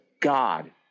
God